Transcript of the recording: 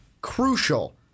crucial